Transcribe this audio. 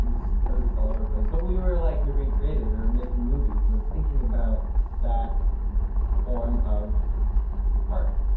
just i was just all over the place, but we were like we were being creative, we were making movies, we're thinking about that form of art,